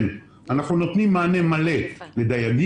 אנחנו נותנים מענה מלא לדייגים,